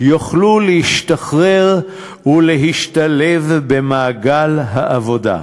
יוכלו להשתחרר ולהשתלב במעגל העבודה.